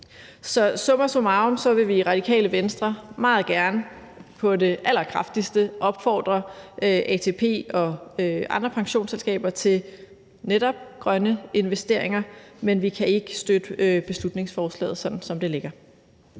Summa summarum vil vi i Radikale Venstre meget gerne på det allerkraftigste opfordre ATP og andre pensionsselskaber til netop at foretage grønne investeringer, men vi kan ikke støtte beslutningsforslaget, sådan som det ligger.